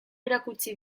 erakutsi